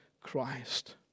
Christ